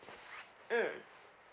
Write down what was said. mm